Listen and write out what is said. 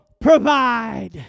provide